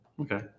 Okay